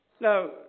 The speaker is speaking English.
Now